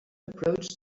approached